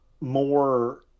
more